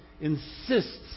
insists